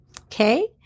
Okay